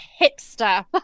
Hipster